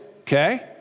okay